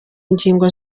ngingo